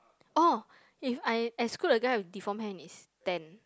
oh if I exclude the guy with deform hand is ten